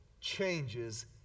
changes